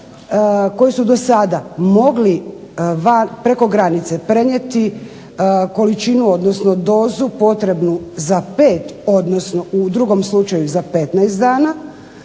koje su do sada mogli van, preko granice prenijeti količinu, odnosno dozu potrebnu za 5, odnosno u drugom slučaju za 15 dana,